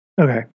Okay